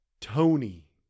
Tony